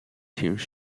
tunes